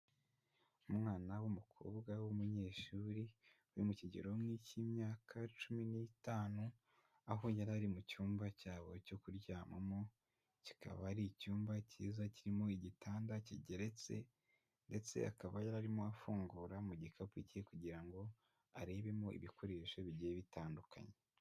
Umwana w'umukobwa w'umunyeshuri uri mu kigero nk'icy'imyaka cumi n'itanu, aho yari ari mu cyumba cyabo cyo kuryamamo, kikaba ari icyumba cyiza kirimo igitanda kigeretse, ndetse akaba yari arimo afungura mu gikapu cye kugira ngo arebemo ibikoresho bigiye bitandukanye.